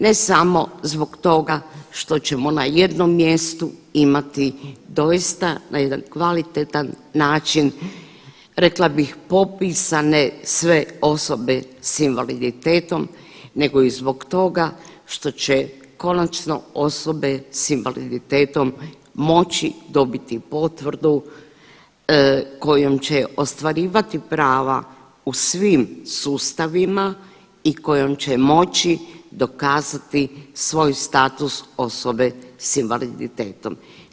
Ne samo zbog toga što ćemo na jednom mjestu imati doista na jedan kvalitetan način rekla bih popisane sve osobe s invaliditetom nego i zbog toga što će konačno osobe s invaliditetom moći dobiti potvrdu kojom će ostvarivati prava u svim sustavima i kojom će moći dokazati svoj status osobe s invaliditetom.